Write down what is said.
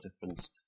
difference